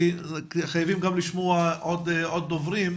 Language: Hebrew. כי חייבים לשמוע עוד דוברים.